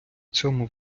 цьому